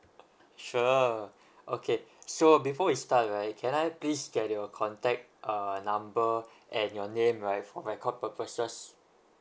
sure okay so before we start right can I please get your contact uh number and your name right for record purposes